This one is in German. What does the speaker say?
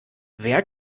wer